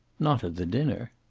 not at the dinner.